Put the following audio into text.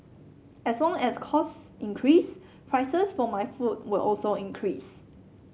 as long as cost increase prices for my food will also increase